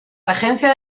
regencia